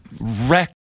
wreck